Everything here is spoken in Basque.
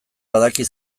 badaki